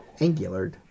angular